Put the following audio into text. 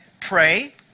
pray